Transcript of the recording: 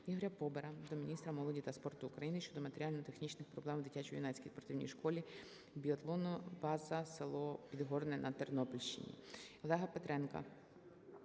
Ігоря Побера до міністра молоді та спорту України щодо матеріально-технічних проблем в дитячо-юнацькій спортивній школі, біатлонна база село Підгорне на Тернопільщині. Олега Петренка